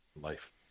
life